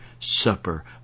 supper